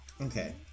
Okay